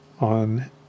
on